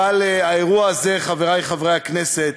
אבל האירוע הזה, חברי חברי הכנסת,